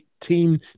team